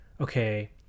okay